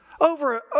Over